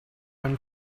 when